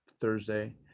Thursday